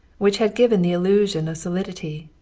which had given the illusion of solidity,